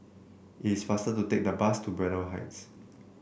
it is faster to take the bus to Braddell Heights